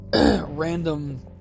random